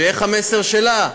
שאיך המסר שלה?